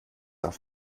auf